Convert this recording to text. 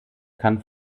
kann